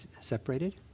separated